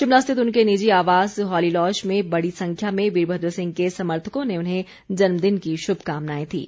शिमला स्थित उनके निजी आवास हॉली लॉज में बड़ी संख्या में वीरभद्र सिंह के समर्थकों ने उन्हें जन्मदिन की शुभकामनाएं दीं